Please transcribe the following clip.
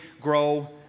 grow